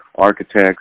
architects